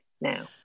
now